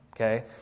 okay